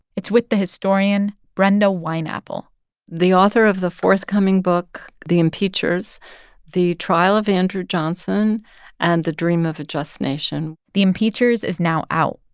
it's with the historian brenda wineapple the author of the forthcoming book the impeachers the trial of andrew johnson and the dream of a just nation. the impeachers is now out,